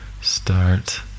start